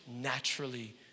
naturally